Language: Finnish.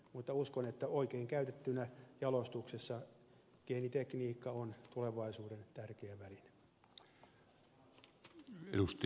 mutta uskon että oikein käytettynä geenitekniikka on jalostuksessa tulevaisuuden tärkeä väline